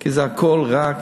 כי זה הכול רק